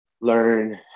learn